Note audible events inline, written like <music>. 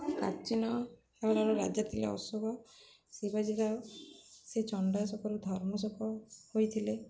ପ୍ରାଚୀନ <unintelligible> ରାଜା ଥିଲେ ଅଶୋକ ସେ କହିଛି କି ଆଉ ସେ ଚଣ୍ଡାଶୋକରୁ ଧର୍ମଶୋକ ହୋଇଥିଲେ